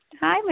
Hi